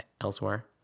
elsewhere